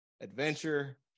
adventure